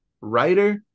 writer